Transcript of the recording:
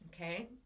Okay